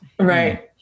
Right